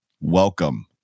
welcome